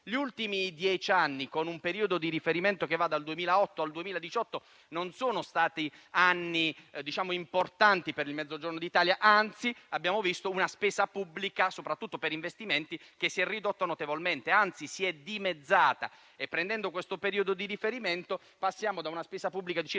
Gli ultimi dieci anni, con un periodo di riferimento che va dal 2008 al 2018, non sono stati importanti per il Mezzogiorno d'Italia; al contrario, abbiamo assistito ad una spesa pubblica soprattutto per investimenti che si è ridotta notevolmente, anzi si è dimezzata e, prendendo questo periodo di riferimento, passiamo da una spesa pubblica di circa